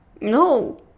No